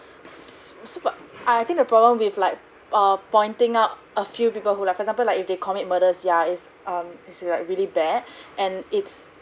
s~ super I think the problem with like err pointing up a few people who like example like if they commit murders yeah is um is like really bad and it's